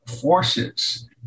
forces